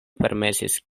permesis